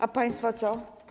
A państwo co?